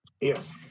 Yes